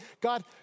god